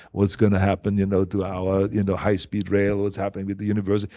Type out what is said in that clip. what's going to happen you know to our you know high speed rail, what's happening with the university.